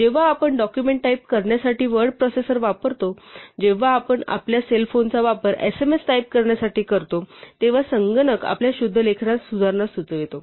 जेव्हा आपण document type करण्यासाठी वर्ड प्रोसेसर वापरतो किंवा जेव्हा आपण आपल्या सेल फोनचा वापर एसएमएस टाइप करण्यासाठी करतो तेव्हा संगणक आपल्या शुद्धलेखनात सुधारणा सुचवतो